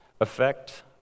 affect